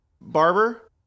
Barber